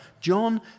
John